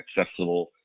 accessible